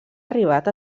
arribat